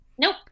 Nope